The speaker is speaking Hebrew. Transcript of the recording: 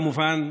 כמובן,